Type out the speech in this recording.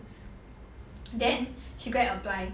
then she go and apply